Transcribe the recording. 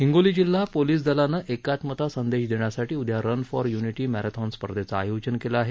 हिंगोली जिल्हा पोलीस दलानं एकात्मता संदेश देण्यासाठी उदया रन फॉर युनिटी मॅरेथॉन स्पर्धेचं आयोजन केलं आहे